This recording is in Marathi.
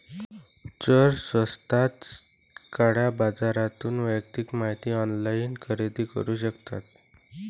चोर स्वस्तात काळ्या बाजारातून वैयक्तिक माहिती ऑनलाइन खरेदी करू शकतात